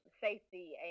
safety